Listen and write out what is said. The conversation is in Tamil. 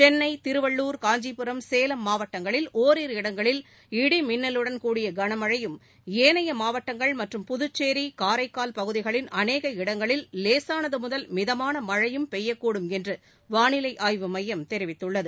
சென்னை திருவள்ளுர் காஞ்சிபுரம் சேலம் மாவட்டங்களில் ஓரிரு இடங்களில் இடி மின்னலுடன் கூடிய கனமழையும் ஏனைய மாவட்டங்கள் மற்றும் புதுச்சேி காரைக்கால் பகுதிகளின் அநேக இடங்களில் லேசானதுமுதல் மிதமானமழையும் பெய்யக்கூடும் என்றுவாளிலைஆய்வுமையம் தெரிவித்துள்ளது